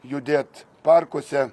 judėt parkuose